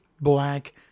black